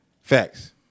Facts